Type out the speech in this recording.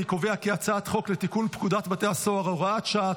אני קובע כי הצעת חוק לתיקון פקודת בתי הסוהר (הוראת שעה),